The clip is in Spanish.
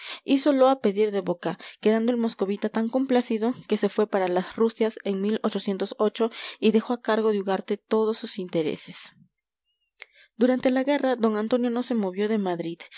asuntillos hízolo a pedir de boca quedando el moscovita tan complacido que se fue para las rusias en y dejó a cargo de ugarte todos sus intereses durante la guerra d antonio no se movió de madrid